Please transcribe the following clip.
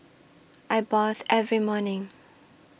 I bathe every morning